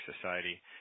Society